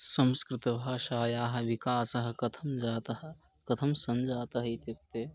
संस्कृतभाषायाः विकासः कथं जातः कथं सञ्जातः इत्युक्ते